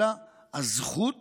אלא הזכות